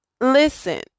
listen